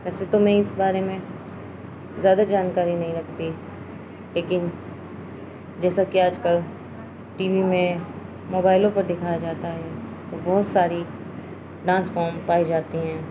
ریسے تو میں اس بارے میں زیادہ جانکاری نہیں لگتی لیکن جیسا کہ آج کل ٹی وی میں موبائلوں پر دکھایا جاتا ہے وہ بہت ساری ڈانس فارام پائی جاتی ہیں